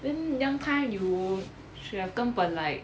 then young time you should have 根本 like